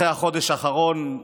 אחרי החודש האחרון,